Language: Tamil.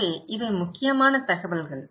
எனவே இவை முக்கியமான தகவல்கள்